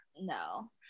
no